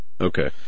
Okay